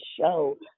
show